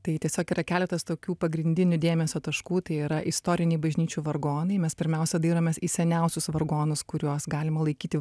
tai tiesiog yra keletas tokių pagrindinių dėmesio taškų tai yra istoriniai bažnyčių vargonai mes pirmiausia dairomės į seniausius vargonus kuriuos galima laikyti